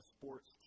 sports